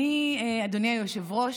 אדוני היושב-ראש,